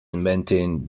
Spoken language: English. inventing